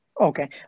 Okay